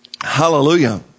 hallelujah